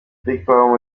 vigpower